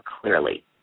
clearly